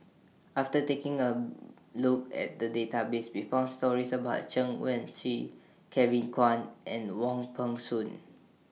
after taking A Look At The Database We found stories about Chen Wen Hsi Kevin Kwan and Wong Peng Soon